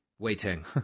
Waiting